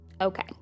Okay